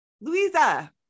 Louisa